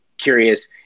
curious